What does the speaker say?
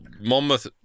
Monmouth